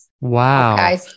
Wow